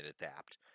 adapt